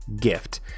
gift